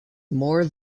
more